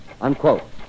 Unquote